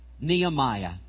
Nehemiah